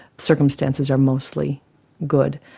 circumstances are mostly good.